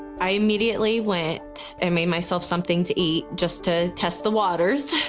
i immediately went and made myself something to eat, just to test the waters.